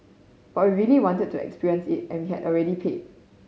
but we really wanted to experience it and we had already paid